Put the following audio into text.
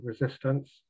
resistance